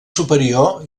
superior